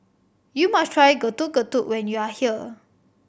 you must try Getuk Getuk when you are here